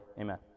Amen